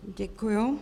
Děkuji.